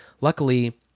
Luckily